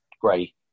great